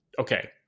okay